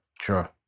Sure